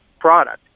product